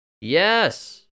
Yes